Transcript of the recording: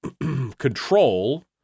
control